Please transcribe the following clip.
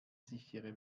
sichere